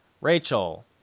rachel